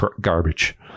garbage